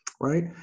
right